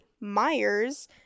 Myers